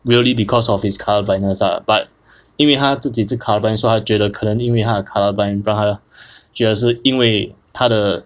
really because of his colour blindness lah but 因为他自己是 colour-blind so 他觉得可能因为他的 colour-blind 让他觉得是因为他的